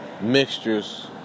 mixtures